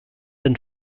den